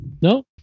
No